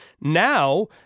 Now